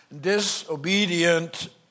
disobedient